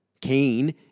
Cain